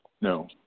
No